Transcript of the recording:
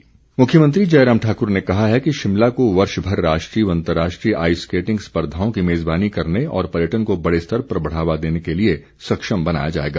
skating मुख्यमंत्री जयराम ठाक्र ने कहा है कि शिमला को वर्ष भर राष्ट्रीय व अंतर्राष्ट्रीय आईस स्केटिंग स्पर्धाओं की मेज़बानी करने और पर्यटन को बड़े स्तर पर बढ़ावा देने के लिए सक्षम बनाया जाएगा